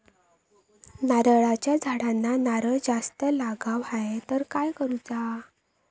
नारळाच्या झाडांना नारळ जास्त लागा व्हाये तर काय करूचा?